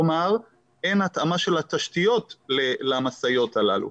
כלומר אין התאמה של התשתיות למשאיות הללו.